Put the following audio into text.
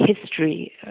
history